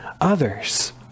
others